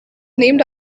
named